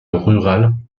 rural